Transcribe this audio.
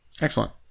Excellent